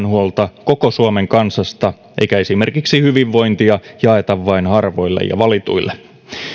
huolta koko suomen kansasta eikä esimerkiksi hyvinvointia jaeta vain harvoille ja valituille